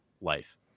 life